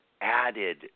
added